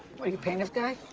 wait you paying this guy?